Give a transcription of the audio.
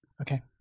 Okay